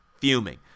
Fuming